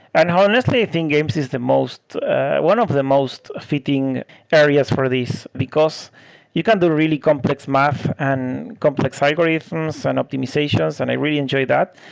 and honestly, i think games is the most one of the most fitting areas for these because you can do really complex math and complex algorithms and optimizations, and i really enjoy that.